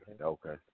Okay